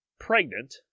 pregnant